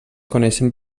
coneixen